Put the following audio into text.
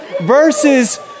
versus